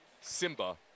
Simba